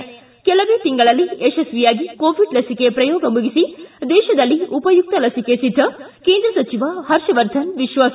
ಿ ಕೆಲವೇ ತಿಂಗಳಲ್ಲಿ ಯಶಸ್ವಿಯಾಗಿ ಕೋವಿಡ್ ಲಸಿಕೆ ಪ್ರಯೋಗ ಮುಗಿಸಿ ದೇಶದಲ್ಲಿ ಉಪಯುಕ್ತ ಲಸಿಕೆ ಸಿದ್ದ ಕೇಂದ್ರ ಸಚಿವ ಹರ್ಷವರ್ಧನ್ ವಿಶ್ವಾಸ